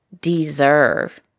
deserve